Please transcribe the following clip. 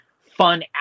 fun